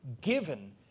given